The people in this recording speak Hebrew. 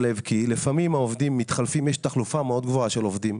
לפעמים העובדים מתחלים ויש תחלופה מאוד גבוהה של עובדים.